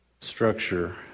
structure